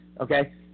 okay